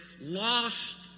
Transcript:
lost